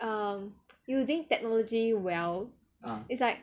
um using technology well is like